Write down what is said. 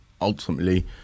ultimately